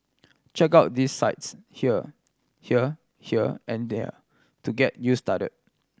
check out these sites here here here and there to get you started